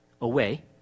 Away